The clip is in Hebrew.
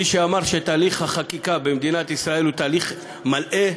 מי שאמר שתהליך החקיקה במדינת ישראל הוא תהליך מלאה,